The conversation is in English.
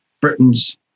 Britain's